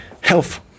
health